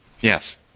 Yes